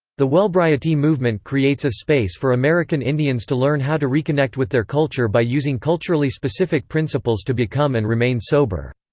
the wellbriety movement creates a space for american indians to learn how to reconnect with their culture by using culturally specific principles to become and remain sober.